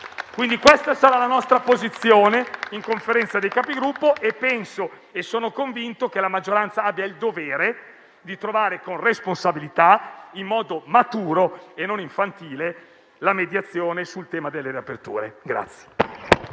questa sarà la nostra posizione in Conferenza dei Capigruppo e sono convinto che la maggioranza abbia il dovere di trovare, con responsabilità e in modo maturo e non infantile, la mediazione sul tema delle riaperture.